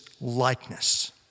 likeness